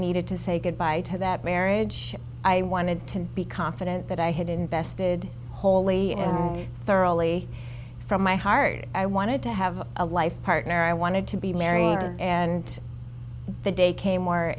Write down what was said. needed to say goodbye to that marriage i wanted to be confident that i had invested wholly and thoroughly from my heart i wanted to have a life partner i wanted to be married and the day came